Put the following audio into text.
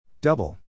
Double